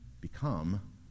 become